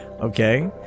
okay